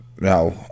No